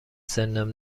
سنم